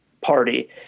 party